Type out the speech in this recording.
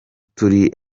turi